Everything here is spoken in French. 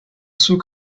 sou